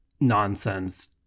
nonsense